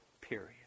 Period